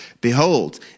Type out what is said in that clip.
Behold